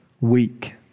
Weak